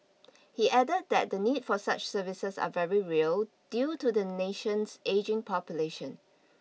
he added that the need for such services are very real due to the nation's ageing population